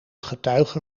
getuige